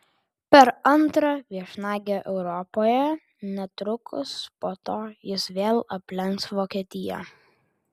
per antrą viešnagę europoje netrukus po to jis vėl aplenks vokietiją